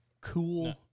cool